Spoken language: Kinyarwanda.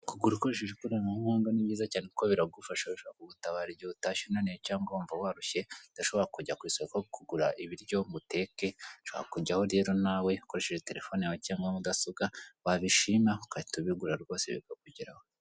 Kugura ukoresheje ikoranabuhanga ni byiza cyane kuko, biragufasha, bishobara kugutabara igihe utashye unaniwe cyangwa wumva warushye, udashobora kujya ku isoko kugura ibiryo ngo uteke, ushobora kujyaho rero nawe ukoresheje terefone yawe cyangwa mudasobwa, wabishima ugahita ubigura rwose bikakugeraho.